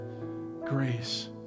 grace